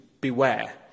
beware